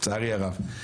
לצערי הרב.